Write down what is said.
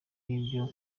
n’ibyo